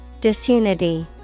Disunity